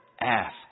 ask